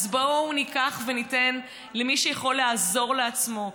אז בואו ניקח וניתן למי שיכול לעזור לעצמו,